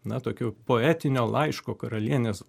na tokiu poetinio laiško karalienės